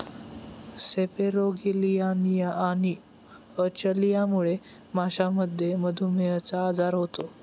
सेपेरोगेलियानिया आणि अचलियामुळे माशांमध्ये मधुमेहचा आजार होतो